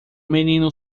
menino